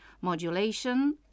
Modulation